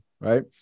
right